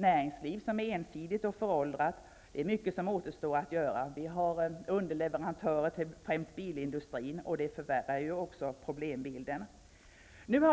Näringslivet är ensidigt och föråldrat, och det är mycket som återstår att göra. Vi har underleverantörer till främst bilindustrin, och det förvärrar problembilden.